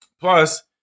Plus